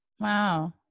Wow